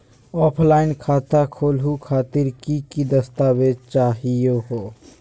Offline खाता खोलहु खातिर की की दस्तावेज चाहीयो हो?